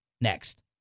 next